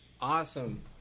awesome